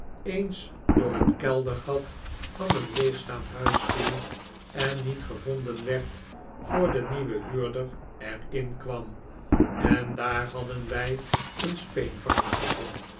eens door het keldergat van een leegstaand huis viel en niet gevonden werd voor de nieuwe huurder er inkwam en daar hadden wij een